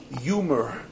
humor